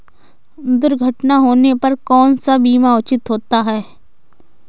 दुर्घटना होने पर कौन सा बीमा उचित होता है?